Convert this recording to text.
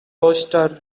oyster